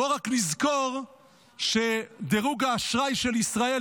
בוא רק נזכור שדירוג האשראי של ישראל,